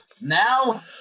Now